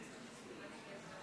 מצביע אושר שקלים, מצביע עאידה תומא